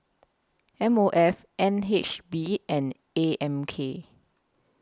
M O F N H B and A M K